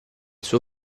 suo